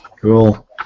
Cool